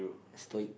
stoic